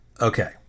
okay